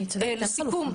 לסיכום,